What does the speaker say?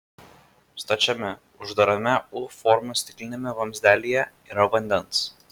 stačiame uždarame u formos stikliniame vamzdelyje yra vandens